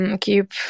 keep